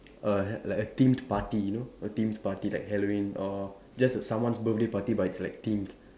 err like a themed party you know a themed party like Halloween or just someone's birthday party but it's like themed